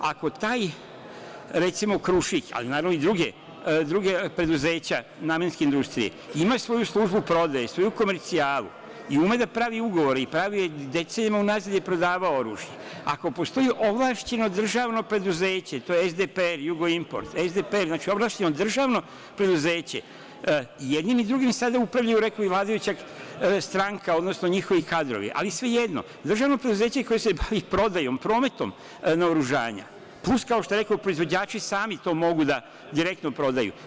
Ako taj, recimo "Krušik", ali naravno i druga preduzeća namenske industrije, ima svoju službu prodaje i svoju komercijalu i ume da pravi ugovore, decenijama unazad je prodavao oružje, ako postoji ovlašćeno državno preduzeće, to je "Jugoimport - SDPR", znači ovlašćeno državno preduzeće i jednim i drugim sada upravljaju vladajuća stranka, odnosno njihovi kadrovi, ali svejedno, državno preduzeće koje se bavi prodajom, prometom naoružanja, plus, kao što je reko - proizvođači sami to mogu da direktno prodaju.